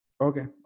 Okay